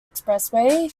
expressway